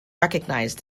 recognised